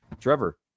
Trevor